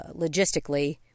logistically